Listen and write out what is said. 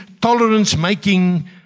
tolerance-making